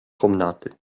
komnaty